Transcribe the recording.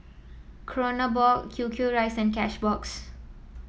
Kronenbourg Q Q rice and Cashbox